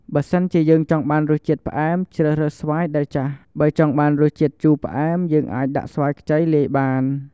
បើសិនជាយើងចង់បានរស់ជាតិផ្អែម ជ្រើសរើសស្វាយដែលចាស់ បើចង់បានរសជាតិជូផ្អែមយើងអាចដាក់ស្វាយខ្ចីលាយបាន។